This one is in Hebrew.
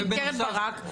קרן ברק,